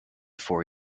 four